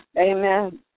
Amen